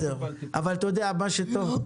יעלה גם